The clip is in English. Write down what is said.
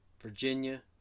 Virginia